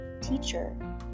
teacher